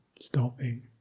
stopping